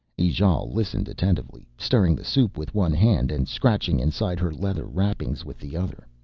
ijale listened attentively, stirring the soup with one hand and scratching inside her leather wrappings with the other.